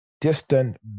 distant